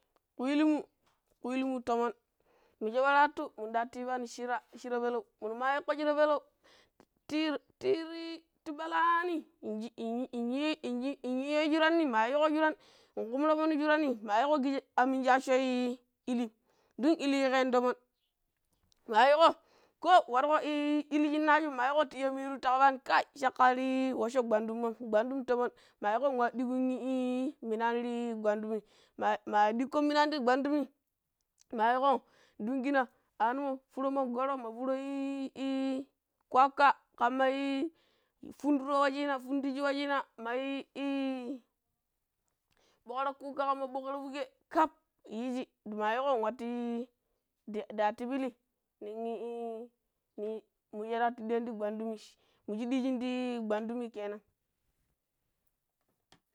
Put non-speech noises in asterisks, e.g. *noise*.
ku illimu ku illimu tomon mijiba ta attu minda attu ibanii "shira" shara pellew minu ma iko shira pellew "tir" "tir" tiɓalani inyi, *hesitation* inyiyo shurani mayiko shuran nkumun tomon shurani mayiko kiji aminji acho illin, dun iili yikeni tomon mayiko ko warko ii iili cinaju mayiko ta iya miru ta kabani kai cackar waco gwandum moh gwandum tomon, mayiko wa diguniii minani ti gwandum "ma" ma digkon minani ti gwangum mayiko dungu nah anomo furoh mongoro ma furoh ii kwakwa, kama ii funduro wucina fundi wulinah ma ii ɓocra kuka kamma ɓacra fuge kaf yiji mayiko wantuyi da atu pilli nin ii ni mu sharattu diyan ti gwandum mushi dijin ti gwandumi kenan.